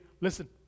listen